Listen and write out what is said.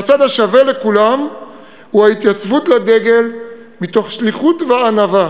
שהצד השווה לכולם הוא ההתייצבות לדגל מתוך שליחות וענווה